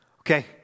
Okay